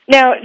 Now